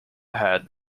had